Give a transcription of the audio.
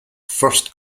first